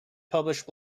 published